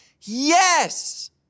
Yes